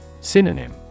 Synonym